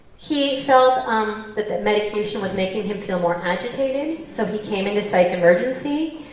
he felt um that the medication was making him feel more agitated, so he came into psych emergency,